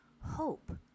hope